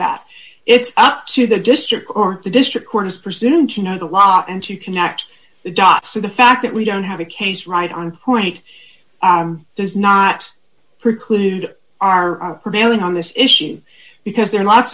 that it's up to the district or the district court is presumed to know the law and to connect the dots so the fact that we don't have a case right on point does not preclude our prevailing on this issue because there are lots